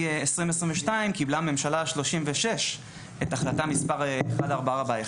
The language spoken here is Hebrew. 2022 קיבלה הממשלה 36 את החלטה מספר 1441,